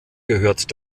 gehört